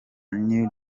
new